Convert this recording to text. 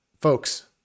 folks